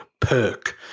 perk